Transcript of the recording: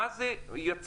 מה זה יצרן,